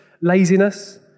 laziness